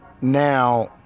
Now